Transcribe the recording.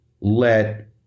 let